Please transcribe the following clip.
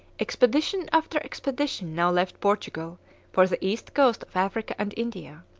expedition after expedition now left portugal for the east coast of africa and india.